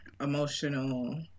emotional